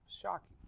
shocking